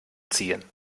ziehen